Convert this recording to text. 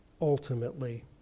ultimately